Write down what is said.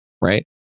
Right